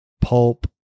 pulp